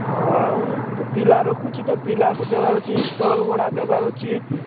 ହୁଁ ଆଉ ପିଲା ରଖୁଛି ତ ପିଲାକୁ ଦେବାର ଅଛି ଷ୍ଟଲ୍ ଭଡ଼ା ଦେବାର ଅଛି